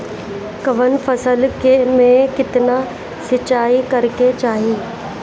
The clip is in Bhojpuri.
कवन फसल में केतना सिंचाई करेके चाही?